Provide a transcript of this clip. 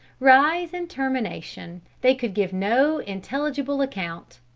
rise and termination, they could give no intelligible account.